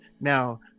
Now